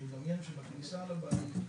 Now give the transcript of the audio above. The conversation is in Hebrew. לדמיין שבכניסה לבית,